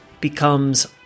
becomes